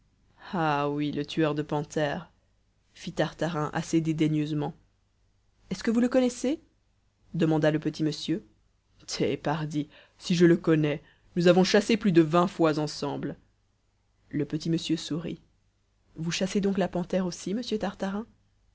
ah oui le tueur de panthères fit tartarin assez dédaigneusement est-ce que vous le connaissez demanda le petit monsieur té pardi si je le connais nous avons chassé plus de vingt fois ensemble le petit monsieur sourit vous chassez donc la panthère aussi monsieur tartarin